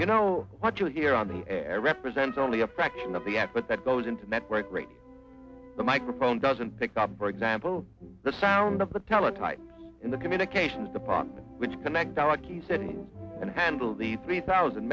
you know what you'll hear on the air represents only a fraction of the act but that goes into network radio the microphone doesn't pick up for example the sound of the teletype in the communications department which connect directly sending and handle the three thousand